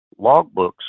logbooks